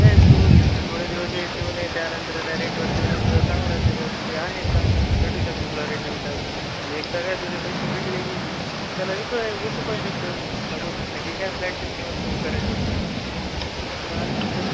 काय तू थोडे दिवसही ठेऊन त्यानंतरला रेंटवर देऊन तुझा चांगला त्याच्यामध्ये आहे चांगले भेटू शकत तुला रिटर्न त्यातुन आणि एकदा काय तुझे पैसे भेटले की त्याला विकू विकू पण शकतो सग की सगळी काय फ्लॅटची स्कीमच सुरू करायले तू तर आहेत ते